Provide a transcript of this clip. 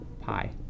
pi